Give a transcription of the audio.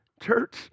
church